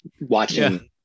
watching